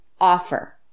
offer